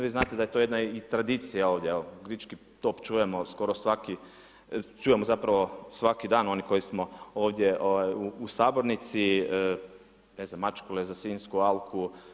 Vi znate da je to jedna tradicija ovdje, evo Grički top čujemo skoro svaki, čujemo zapravo svaki dan oni koji smo ovdje u sabornici, ne znam mačkule za Sinjsku alku.